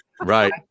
Right